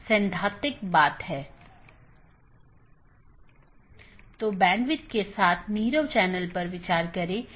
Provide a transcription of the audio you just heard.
प्रत्येक AS के पास इष्टतम पथ खोजने का अपना तरीका है जो पथ विशेषताओं पर आधारित है